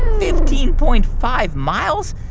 fifteen point five miles?